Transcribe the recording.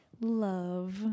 Love